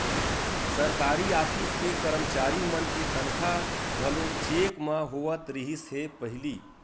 सरकारी ऑफिस के करमचारी मन के तनखा घलो चेक म होवत रिहिस हे पहिली